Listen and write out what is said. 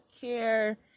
care